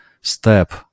step